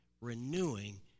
renewing